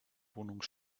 wohnung